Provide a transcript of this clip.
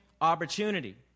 opportunity